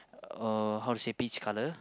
uh how to say peach colour